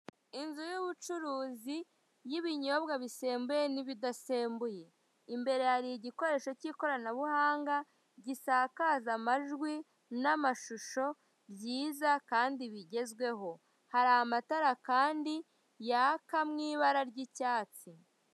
Inzu y'ubucuruzi y'ibinyobwa bisembuye n'ibidasembuye, imbere hari igikoresho k'ikoranabuhanga gisakaza amajwi n'amashusho byiza kandi bigezweho hari amatara kandi yaka mu ibara ry'icyatsi.